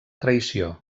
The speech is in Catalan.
traïció